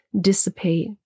dissipate